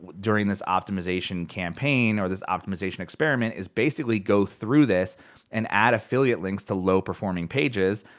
ah during this optimization campaign, or this optimization experiment, is basically go through this and add affiliate links to low performing pages.